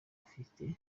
ifite